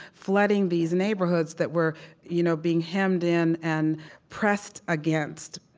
flooding these neighborhoods that were you know being hemmed in and pressed against.